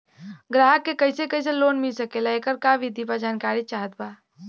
ग्राहक के कैसे कैसे लोन मिल सकेला येकर का विधि बा जानकारी चाहत बा?